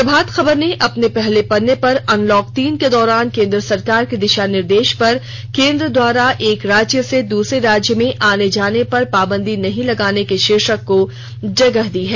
प्रभात खबर ने अपने पहले पन्ने पर अनलॉक तीन के दौरान केन्द्र सरकार के दिशा निर्देश पर केन्द्र द्वारा एक राज्य से दूसरे राज्य में आने जाने पर पाबंदी नहीं लगाने के शीर्षक को जगह दी है